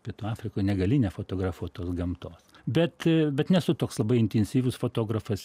pietų afrikoj negali nefotografuot tos gamtos bet bet nesu toks labai intensyvūs fotografas